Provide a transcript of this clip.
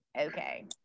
Okay